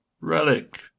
relic